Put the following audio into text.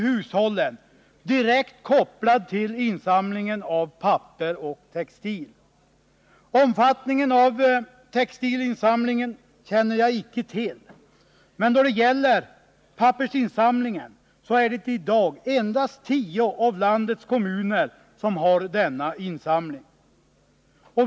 Jo: Omfattningen av textilinsamlingen känner jag icke till, men jag vet att det i dag är endast tio av landets kommuner som har denna pappersinsamling.